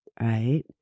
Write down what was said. right